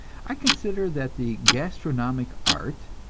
i consider that the gastronomic art,